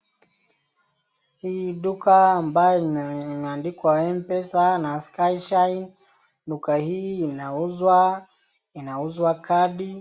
Hii duka ambayo imeandikwa Mpesa na Skyshine. Duka hii inauzwa, inauzwa kadi.